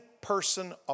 person